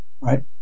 Right